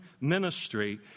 ministry